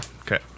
Okay